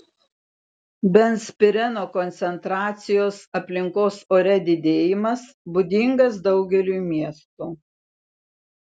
benzpireno koncentracijos aplinkos ore didėjimas būdingas daugeliui miestų